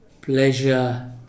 pleasure